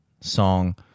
song